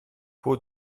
που